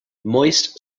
moist